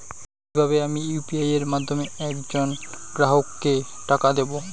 কিভাবে আমি ইউ.পি.আই এর মাধ্যমে এক জন গ্রাহককে টাকা দেবো?